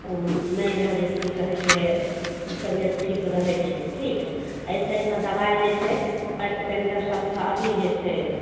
नहि यहाँ जे कि की कहै छै तबियत ठीक रहै छै ठीक ऐसे यहाँ दबाइ जे छै पेन्टा सल्फा अथी जे छै